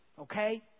Okay